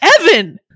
Evan